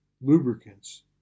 lubricants